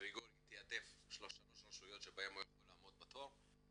גריגורי תיעדף שלוש רשויות שבהן הוא יכול לעמוד בתור,